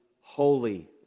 holy